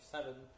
seven